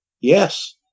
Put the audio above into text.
yes